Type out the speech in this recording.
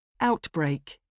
Outbreak